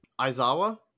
Aizawa